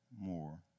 more